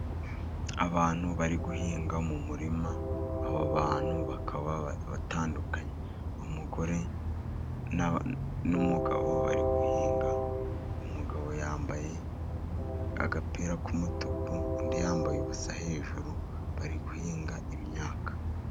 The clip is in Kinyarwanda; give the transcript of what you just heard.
Abantu bari guhinga mu murima, abo bantu bakaba batandukanye, umugore n'umugabo bari guhinga, umugabo yambaye agapira k'umutuku, undi yambaye ubusa hejuru bari guhinga imyaka.